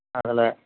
அதில்